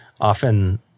often